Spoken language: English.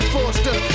Forster